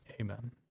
amen